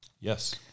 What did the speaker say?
yes